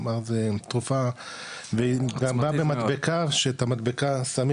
כלומר זה תרופה והיא גם באה במדבקה שאת המדבקה שמים